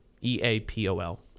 E-A-P-O-L